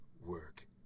work